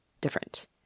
different